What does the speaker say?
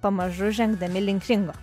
pamažu žengdami link ringo